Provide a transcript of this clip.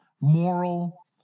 moral